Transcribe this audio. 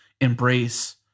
embrace